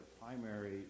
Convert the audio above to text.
primary